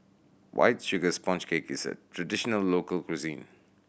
White Sugar Sponge Cake is a traditional local cuisine